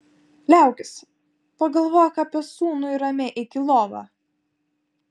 liaukis pagalvok apie sūnų ir ramiai eik į lovą